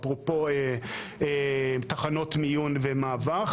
אפרופו תחנות מיון ומעבר.